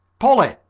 polly!